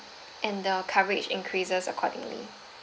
and the coverage increases accordingly